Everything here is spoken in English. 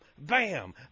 bam